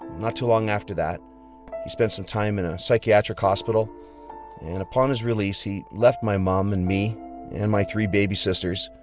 not too long after that he spent some time in a psychiatric hospital and upon his release, he left my mom and me and three baby sisters.